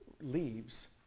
leaves